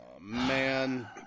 man